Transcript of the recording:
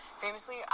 Famously